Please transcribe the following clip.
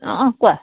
অঁ অঁ কোৱা